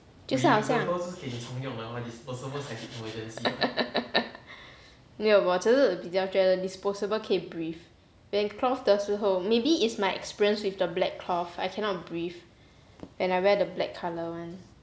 就是好像 没有我只是比较觉得 disposable 可以 breathe then cloth 的时候 maybe is my experience with the black cloth I cannot breathe and I wear the black colour one